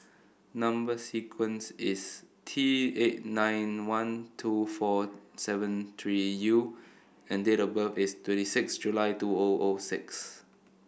number sequence is T eight nine one two four seven three U and date of birth is twenty six July two O O six